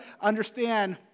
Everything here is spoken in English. understand